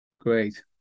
Great